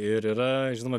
ir yra žinoma